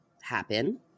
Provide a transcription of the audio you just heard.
happen